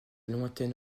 lointaine